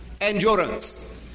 endurance